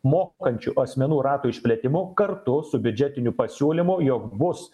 mokančių asmenų rato išplėtimu kartu su biudžetiniu pasiūlymu jog bus